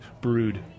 brewed